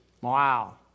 Wow